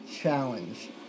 Challenge